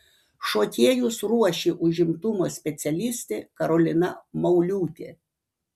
šokėjus ruošė užimtumo specialistė karolina mauliūtė